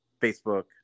facebook